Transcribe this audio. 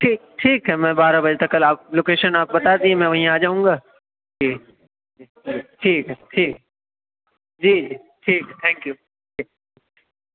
ٹھیک ٹھیک ہے میں بارہ بجے تک کل آپ لوکیشن آپ بتا دیجیے میں وہیں آ جاؤں گا جی ٹھیک ہے ٹھیک جی جی ٹھیک ہے تھینک یو